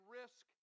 risk